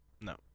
No